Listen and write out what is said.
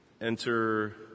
enter